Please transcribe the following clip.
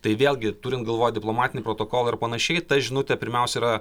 tai vėlgi turint galvoj diplomatinį protokolą ir panašiai ta žinutė pirmiausia yra